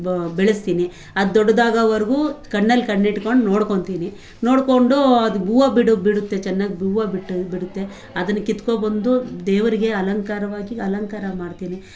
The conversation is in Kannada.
ಚೆನ್ನಾಗಿ ಬೆಳೆಸ್ತೀನಿ ಅದು ದೊಡ್ಡದು ಆಗೋವರ್ಗೂ ಕಣ್ಣಲ್ಲಿ ಕಣ್ಣು ಇಟ್ಕೊಂಡು ನೋಡ್ಕೊಳ್ತೀನಿ ನೋಡ್ಕೊಂಡು ಅದು ಹೂವು ಬಿಡು ಬಿಡುತ್ತೆ ಚೆನ್ನಾಗಿ ಹೂವು ಬಿಟ್ಟು ಬಿಡುತ್ತೆ ಅದನ್ನು ಕಿತ್ಕೊಂಬಂದು ದೇವರಿಗೆ ಅಲಂಕಾರವಾಗಿ ಅಲಂಕಾರ ಮಾಡ್ತೀನಿ